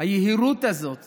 היהירות הזאת